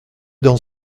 dans